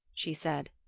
she said,